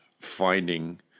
finding